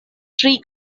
three